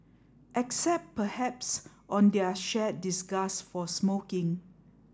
except perhaps on their shared disgust for smoking